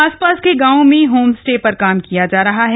आसपास के गांवों में होम स्टे पर काम किया जा रहा है